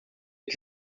que